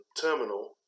terminal